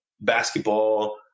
basketball